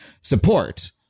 support